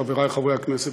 חברי חברי הכנסת,